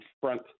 front